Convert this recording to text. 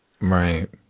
Right